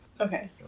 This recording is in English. okay